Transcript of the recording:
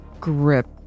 grip